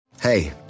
Hey